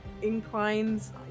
Inclines